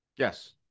Yes